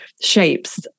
shapes